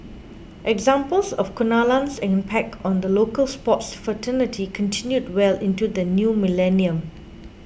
examples of Kunalan's impact on the local sports fraternity continued well into the new millennium